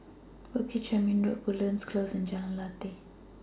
Bukit Chermin Road Woodlands Close and Jalan Lateh